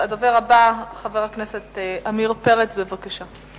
הדובר הבא, חבר הכנסת עמיר פרץ, בבקשה.